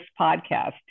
podcast